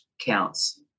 counts